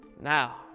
Now